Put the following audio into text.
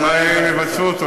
מה יהיה אם יבצעו אותו?